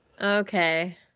Okay